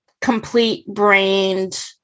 complete-brained